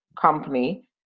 company